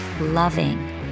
loving